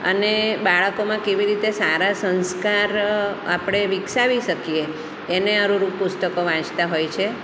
અને બાળકોમાં કેવી રીતે સારા સંસ્કાર આપણે વિકસાવી શકીએ એને અનુરૂપ પુસ્તકો વાંચતા હોય છે